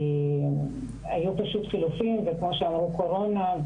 היו פשוט חילופים וכמו שאמרו קורונה,